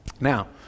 Now